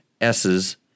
S's